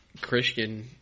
Christian